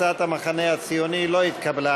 הצעת המחנה הציוני לא התקבלה.